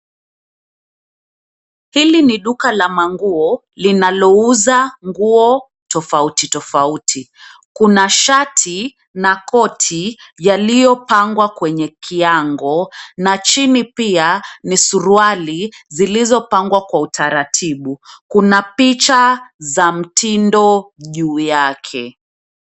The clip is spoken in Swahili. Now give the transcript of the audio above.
Hili ni duka la manguo linalouza nguo tofauti tofauti. Kuna shati na koti yaliyopangwa kwenye kiango na chini pia ni suruali zilizopangwa kwa utaratibu. Kuna picha za mtindo juu yake